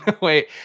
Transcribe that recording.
Wait